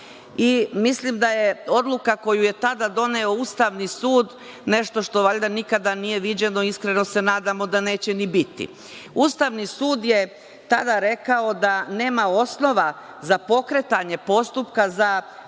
Mislim da je odluka, koju je tada doneo Ustavni sud, nešto što, valjda, nikada nije viđeno, iskreno se nadamo da neće ni biti. Ustavni sud je tada rekao da nema osnova za pokretanje postupka za